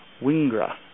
Wingra